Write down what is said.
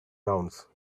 rounds